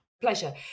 Pleasure